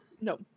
no